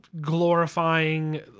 glorifying